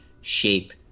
shape